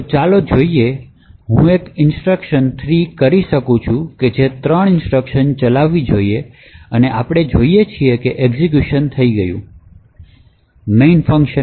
તો ચાલો આપણે આ જોઈએ હું એક જ ઇન્સટ્રક્શન 3 કરી શકું જે 3 ઇન્સટ્રક્શન ચલાવવી જોઈએ અને આપણે જોઈએ છીએ તે છે કે એક્ઝેક્યુશન થઈ ગયું છે મેઇન ફંકશનમાં